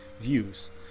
views